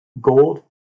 Gold